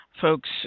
folks